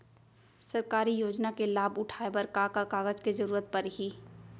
सरकारी योजना के लाभ उठाए बर का का कागज के जरूरत परही